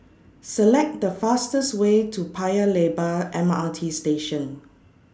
Select The fastest Way to Paya Lebar M R T Station